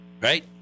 right